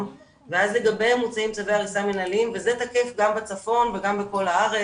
ואז לגביהם מוצאים צווי הריסה מנהליים וזה תקף גם בצפון וגם בכל הארץ,